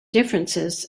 differences